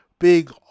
Big